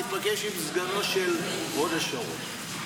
ייפגש עם סגנו של הוד השרון.